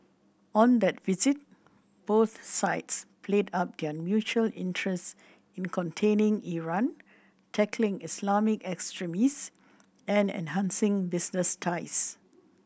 on that visit both sides played up their mutual interests in containing Iran tackling Islamic extremists and enhancing business ties